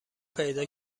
پیدا